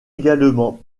également